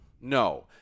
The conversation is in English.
No